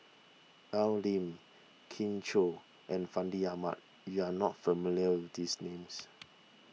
Al Lim Kin Chui and Fandi Ahmad you are not familiar with these names